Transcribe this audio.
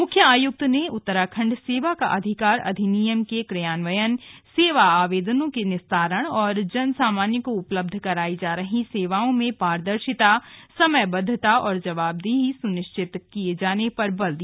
मुख्य आयुक्त ने उत्तराखण्ड सेवा का अधिकार अधिनियम के क्रियान्वयन सेवा आवेदनों के निस्तारण और जन सामान्य को उपलब्ध कराई जा रही सेवाओं में पारदर्शिता समयबद्वता और जवाबदेही सुनिश्चित किये जाने पर बल दिया